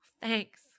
Thanks